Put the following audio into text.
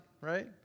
right